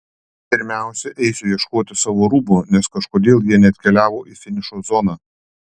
pirmiausia eisiu ieškoti savo rūbų nes kažkodėl jie neatkeliavo į finišo zoną